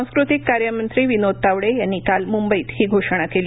सांस्कृतिक कार्य मंत्री विनोद तावडे यांनी काल मुंबईत ही घोषणा केली